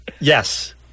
yes